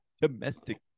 domestic